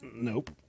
Nope